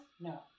No